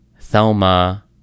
Thelma